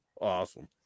Awesome